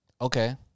Okay